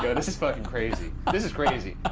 you know this is fucking crazy, this is crazy. ah,